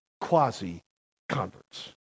quasi-converts